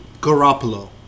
Garoppolo